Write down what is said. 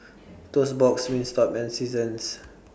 Toast Box Wingstop and Seasons